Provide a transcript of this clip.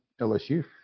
LSU